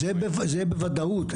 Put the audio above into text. זה בוודאות,